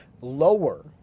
lower